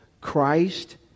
Christ